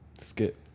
Skip